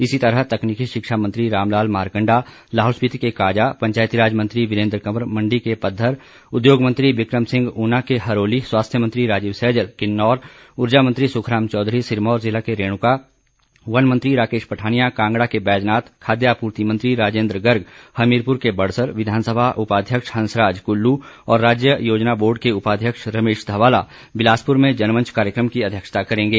इसी तरह तकनीकी शिक्षा मंत्री रामलाल मारकंडा लाहौल स्पिति के काजा पंचायतीराज मंत्री वीरेन्द्र कंवर मंडी के पधर उद्योग मंत्री बिकम सिंह ऊना के हरोली स्वास्थ्य मंत्री राजीव सैजल किन्नौर ऊर्जा मंत्री सुखराम चौधरी सिरमौर जिला के रेणुका वन मंत्री राकेश पठानिया कांगड़ा के बैजनाथ खाद्य आपूर्ति मंत्री राजेन्द्र गर्ग हमीरपुर के बड़सर विधानसभा उपाध्यक्ष हंसराज कुल्लू और राज्य योजना बोर्ड के उपाध्यक्ष रमेश धवाला बिलासपुर में जनमंच कार्यक्रम की अध्यक्षता करेंगे